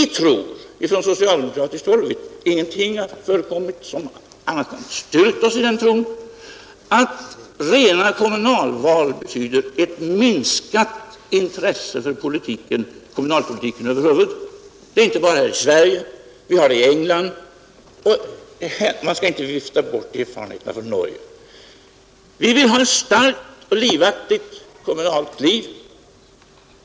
Vi tror från socialdemokratiskt håll, och ingenting har förekommit som inte har styrkt oss i den tron, att rena kommunalval betyder ett minskat intresse för kommunalpolitiken över huvud taget. Det gäller inte bara i Sverige. Man har det i England, och vi skall inte vifta bort erfarenheterna från Norge. Vi vill ha ett starkt, livaktigt kommunalt liv.